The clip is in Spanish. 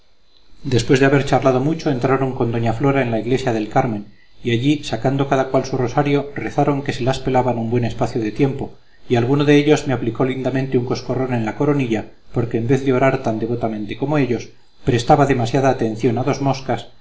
después de haber charlado mucho entraron con doña flora en la iglesia del carmen y allí sacando cada cual su rosario rezaron que se las pelaban un buen espacio de tiempo y alguno de ellos me aplicó lindamente un coscorrón en la coronilla porque en vez de orar tan devotamente como ellos prestaba demasiada atención a dos moscas